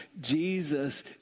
Jesus